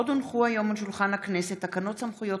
הונחו היום על שולחן הכנסת: תקנות סמכויות